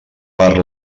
per